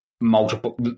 multiple